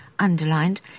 underlined